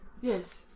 Yes